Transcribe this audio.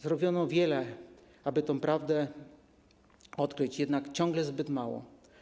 Zrobiono wiele, aby tę prawdę odkryć, jednak ciągle zbyt mało.